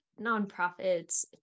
nonprofits